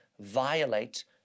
violate